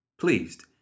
Pleased